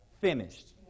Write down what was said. finished